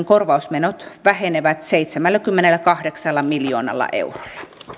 korvausmenot vähenevät seitsemälläkymmenelläkahdeksalla miljoonalla eurolla